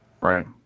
Right